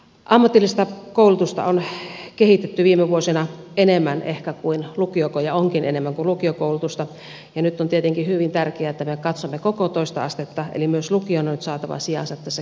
ammatillista koulutusta on kehitetty viime vuosina enemmän kuin lukiokoulutusta ja nyt on tietenkin hyvin tärkeää että me katsomme koko toista astetta eli myös lukion on nyt saatava sijansa tässä kehitystyössä